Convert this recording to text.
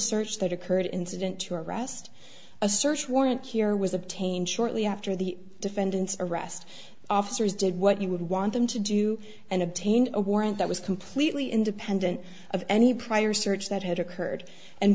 search that occurred incident to arrest a search warrant here was obtained shortly after the defendant's arrest officers did what you would want them to do and obtain a warrant that was completely independent of any prior search that had occurred and